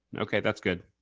okay that's good.